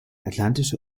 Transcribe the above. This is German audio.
atlantische